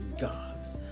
God's